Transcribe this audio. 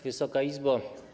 Wysoka Izbo!